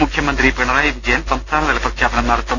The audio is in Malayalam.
മുഖ്യമന്ത്രി പിണറായി വിജയൻ സംസ്ഥാന തല പ്രഖ്യാപനം നടത്തും